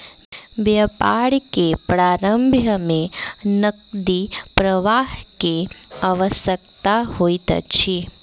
व्यापार के प्रारम्भ में नकदी प्रवाह के आवश्यकता होइत अछि